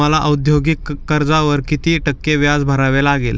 मला औद्योगिक कर्जावर किती टक्के व्याज भरावे लागेल?